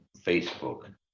Facebook